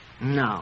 No